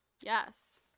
yes